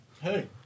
Hey